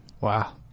Wow